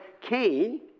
Cain